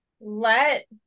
Let